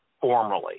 formally